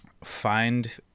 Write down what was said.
find